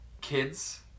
kids